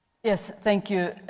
yes, thank you.